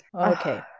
Okay